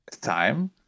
time